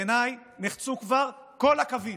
בעיניי נחצו כבר כל הקווים.